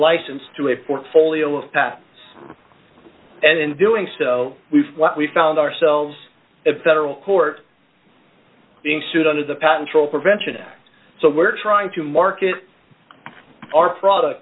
license to a portfolio of paths and in doing so we've what we found ourselves in federal court being sued under the patent troll prevention act so we're trying to market our product